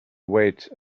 wait